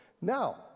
Now